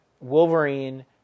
Wolverine